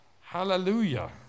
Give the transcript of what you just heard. Hallelujah